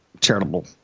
charitable